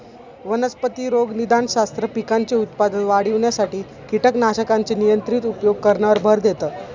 वनस्पती रोगनिदानशास्त्र, पिकांचे उत्पादन वाढविण्यासाठी कीटकनाशकांचे नियंत्रित उपयोग करण्यावर भर देतं